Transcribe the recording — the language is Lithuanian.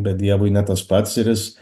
bet dievui ne tas pats ir jis